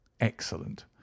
excellent